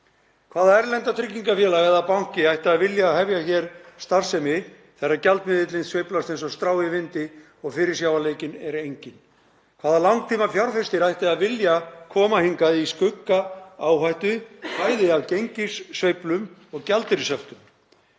Hvaða erlenda tryggingafélag eða banki ætti að vilja hefja hér starfsemi þegar gjaldmiðillinn sveiflast eins og strá í vindi og fyrirsjáanleikinn er enginn? Hvaða langtímafjárfestir ætti að vilja koma hingað í skugga áhættu, bæði af gengissveiflum og gjaldeyrishöftum?